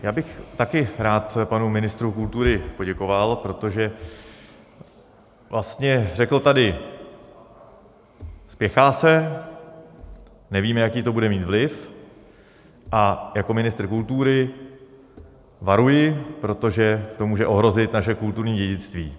Já bych taky rád panu ministrovi kultury poděkoval, protože vlastně řekl tady: Spěchá se, nevíme, jaký to bude mít vliv, a jako ministr kultury varuji, protože to může ohrozit naše kulturní dědictví.